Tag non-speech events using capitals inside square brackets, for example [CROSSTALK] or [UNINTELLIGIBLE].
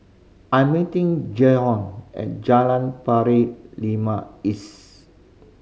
I'm meeting Jaydon at Jalan Pari [UNINTELLIGIBLE] east